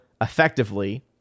effectively